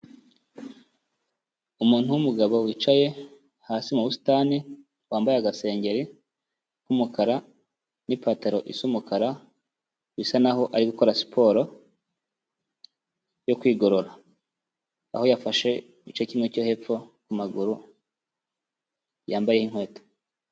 Umuntu w'umugabo wicaye hasi mu busitani, wambaye agasengeri k'umukara n'ipataro Isa umukara, bisa naho ari gukora siporo yo kwigorora, aho yafashe igice kimwe cyo hepfo ku maguru, yambaye inkweto.